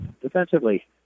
Defensively